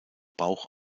bauch